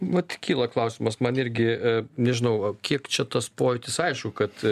vat kyla klausimas man irgi nežinau kiek čia tas pojūtis aišku kad